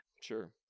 sure